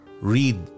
read